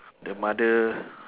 the mother